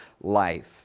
life